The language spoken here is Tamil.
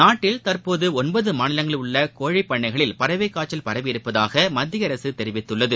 நாட்டில் தற்போது த ஒன்பது மாநிலங்களில் உள்ள கோழிப் பண்ணைகளில் பறவைக் காய்ச்சல் பரவியிருப்பதாக மத்திய அரசு தெரிவித்துள்ளது